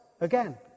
again